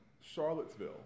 Charlottesville